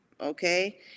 Okay